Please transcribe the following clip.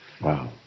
wow